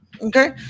Okay